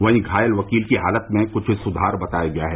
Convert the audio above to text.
वहीं घायल वकील की हालत में कुछ सुधार बताया गया है